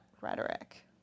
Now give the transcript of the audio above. rhetoric